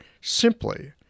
simply